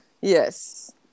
yes